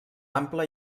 ampla